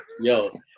Yo